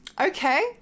Okay